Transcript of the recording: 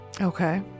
Okay